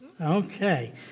Okay